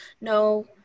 No